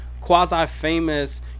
quasi-famous